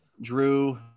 Drew